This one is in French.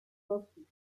conçues